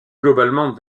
globalement